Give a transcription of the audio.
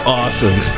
awesome